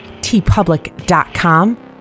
Tpublic.com